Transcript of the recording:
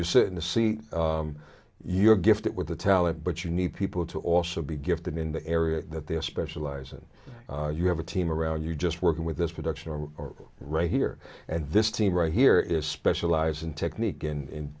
you sit in the seat you're gifted with a talent but you need people to also be gifted in the area that they specialize in you have a team around you just working with this production or right here and this team right here is specialize in technique in